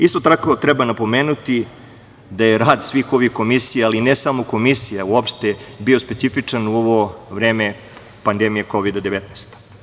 Isto tako, treba napomenuti da je rad svih ovih komisija, ali ne samo komisija, uopšte bio specifičan u ovo vreme pandemije Kovida - 19.